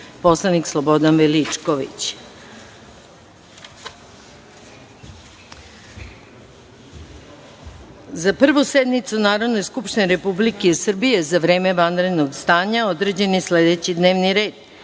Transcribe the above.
i Slobodan Veličković.Za Prvu sednicu Narodne skupštine Republike Srbije za vreme vanrednog stanja, određen je sledećiD n e